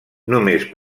només